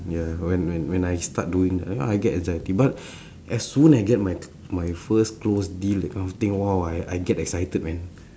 ya when when when I start doing you know I get anxiety but as soon I get my my first close deal that kind of thing !wow! I get excited man